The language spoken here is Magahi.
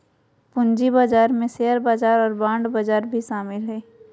पूँजी बजार में शेयर बजार और बांड बजार भी शामिल हइ